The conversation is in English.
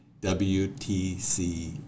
WTC